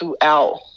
throughout